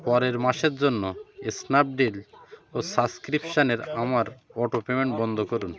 পরের মাসের জন্য স্ন্যাপডিল ও সাবস্ক্রিপশানের আমার অটোপেমেন্ট বন্ধ করুন